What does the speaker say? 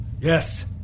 Yes